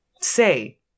say